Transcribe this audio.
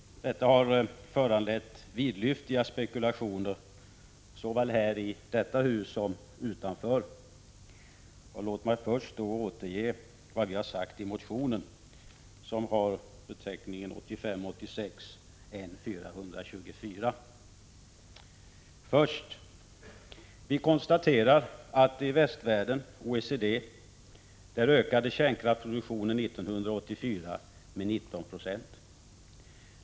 Detta har föranlett vidlyftiga spekulationer såväl i detta hus som utanför det. Låt mig först återge vad vi har sagt i motionen, som har beteckningen 1985/86:N424. Vi konstaterar att i västvärlden, inom OECD, ökade kärnkraftsproduktionen 1984 med 19 96.